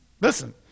Listen